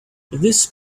this